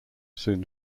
soon